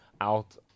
out